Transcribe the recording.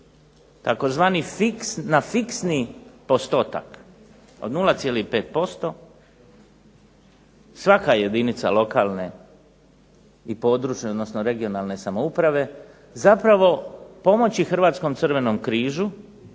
tzv. na fiksni postotak od 0,5% svaka jedinica lokalne i područne, odnosno regionalne samouprave zapravo pomoći Hrvatskom crvenom križu